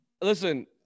Listen